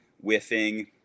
whiffing